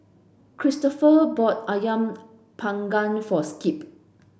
Kristofer bought Ayam panggang for Skip